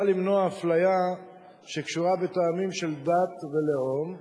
למנוע אפליה שקשורה בטעמים של דת ולאום,